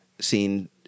seen